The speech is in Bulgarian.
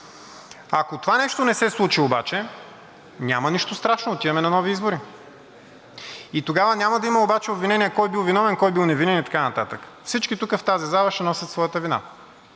Ако това нещо не се случи обаче, няма нищо страшно – отиваме на нови избори. И тогава няма да има обвинения кой бил виновен, кой бил невинен и така нататък. Всички тук, в тази зала, ще носят своята вина